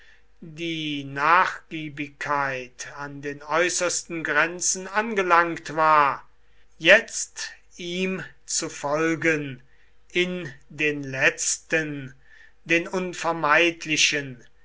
die nachgiebigkeit an den äußersten grenzen angelangt war jetzt ihm zu folgen in den letzten den unvermeidlichen